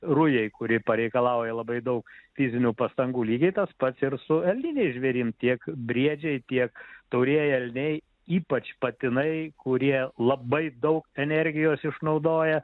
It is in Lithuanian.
rujai kuri pareikalauja labai daug fizinių pastangų lygiai tas pats ir su elniniais žvėrim tiek briedžiai tiek taurieji elniai ypač patinai kurie labai daug energijos išnaudoja